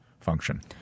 function